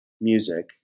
music